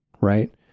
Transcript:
right